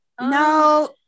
No